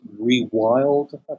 rewild